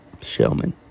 Shelman